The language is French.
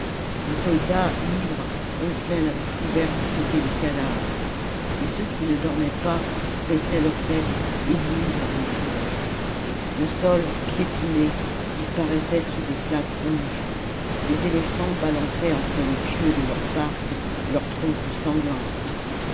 les soldats ivres ronflaient la bouche ouverte à côté des cadavres et ceux qui ne dormaient pas baissaient leur tête éblouis par le jour le sol piétiné disparaissait sous des flaques rouges les éléphants balançaient entre les pieux de leurs parcs leurs trompes sanglantes